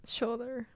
Shoulder